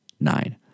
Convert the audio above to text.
nine